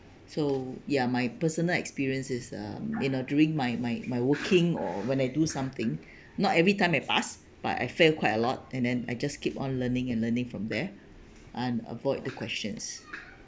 so ya my personal experience is uh in uh during my my my working or when I do something not everytime I pass but I fail quite a lot and then I just keep on learning and learning from there and avoid the questions